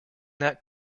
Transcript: that